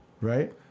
right